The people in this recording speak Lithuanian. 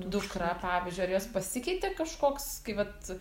dukra pavyzdžiui ar jos pasikeitė kažkoks kai vat